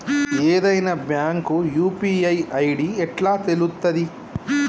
ఏదైనా bank UPI ID ఎట్లా తెలుత్తది?